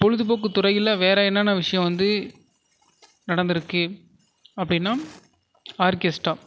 பொழுதுபோக்கு துறையில் வேறு என்னென்ன விஷயோம் வந்து நடந்துயிருக்கு அப்படின்னா ஆர்க்கெஸ்ட்ரா